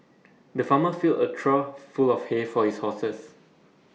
the farmer filled A trough full of hay for his horses